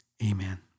Amen